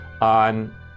on